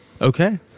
okay